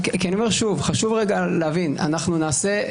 חשוב להבין, אנחנו נעשה.